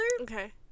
Okay